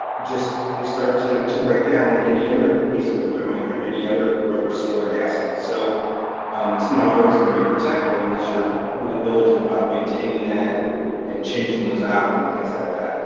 just they start to to break down like any other piece of equipment or any other rubber seal or gasket. so um it's not always gonna be protective unless you're really diligent about maintaining that and changing those out and things like that,